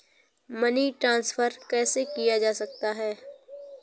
Money transfer कैसे किया जा सकता है?